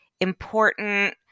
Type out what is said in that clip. important